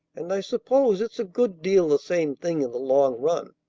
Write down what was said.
and i suppose it's a good deal the same thing in the long run.